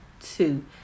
two